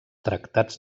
tractats